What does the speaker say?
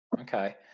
Okay